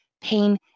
pain